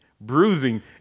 bruising